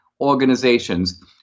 organizations